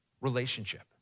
relationship